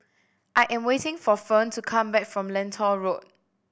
I am waiting for Ferne to come back from Lentor Road